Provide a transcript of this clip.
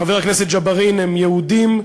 חבר הכנסת ג'בארין, הם יהודים,